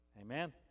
Amen